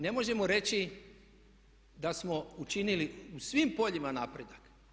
Ne možemo reći da smo učinili u svim poljima napredak.